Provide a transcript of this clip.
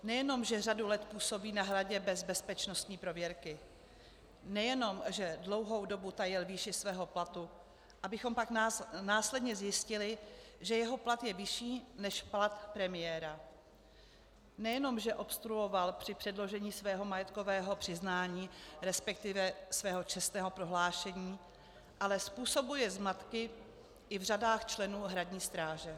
Nejenom že řadu let působí na Hradě bez bezpečnostní prověrky, nejenom že dlouhou dobu tajil výši svého platu, abychom pak následně zjistili, že jeho plat je vyšší než plat premiéra, nejenom že obstruoval při předložení svého majetkového přiznání, resp. svého čestného prohlášení, ale způsobuje zmatky i v řadách členů Hradní stráže.